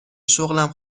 شغلم